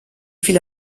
viele